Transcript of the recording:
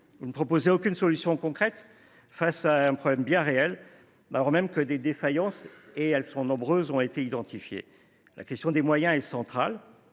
Vous ne proposez aucune solution concrète face à un problème bien réel, alors même que des défaillances, nombreuses, ont été identifiées. La question des moyens est centrale